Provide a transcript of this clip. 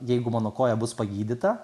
jeigu mano koja bus pagydyta